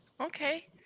Okay